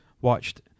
watched